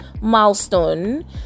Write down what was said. milestone